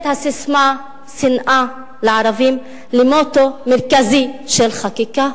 הססמה "שנאה לערבים" למוטו מרכזי של חקיקה.